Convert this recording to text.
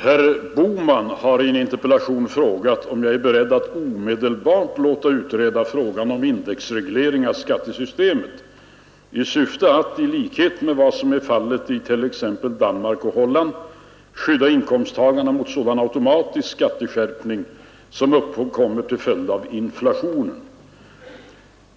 Herr talman! Herr Bohman har i en interpellation frågat mig om jag är beredd att omedelbart låta utreda frågan om indexreglering av skattesystemet i syfte att — i likhet med vad som är fallet i t.ex. Danmark och Holland — skydda inkomsttagarna mot sådan automatisk skatteskärpning som uppkommer till följd av inflationen.